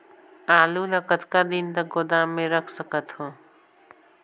आलू ल कतका दिन तक गोदाम मे रख सकथ हों?